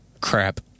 crap